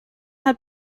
had